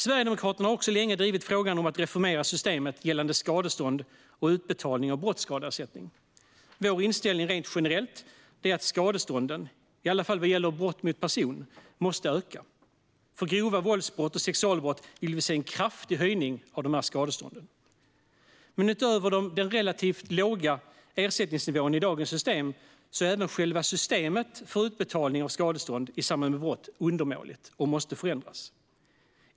Sverigedemokraterna har länge drivit frågan om att reformera systemet gällande skadestånd och utbetalning av brottskadeersättning. Vår inställning rent generellt är att skadestånden, i varje fall vad gäller brott mot person, måste öka. För grova våldsbrott och sexualbrott vill vi se en kraftig höjning av skadestånden. Men utöver de relativt låga ersättningsnivåerna i dagens system är även själva systemet för utbetalning av skadestånd i samband med brott undermåligt och måste förändras.